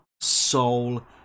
soul